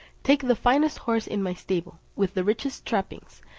take the finest horse in my stable, with the richest trappings,